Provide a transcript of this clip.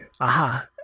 Aha